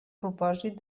propòsit